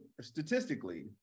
statistically